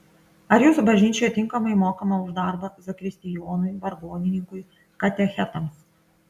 ar jūsų bažnyčioje tinkamai mokama už darbą zakristijonui vargonininkui katechetams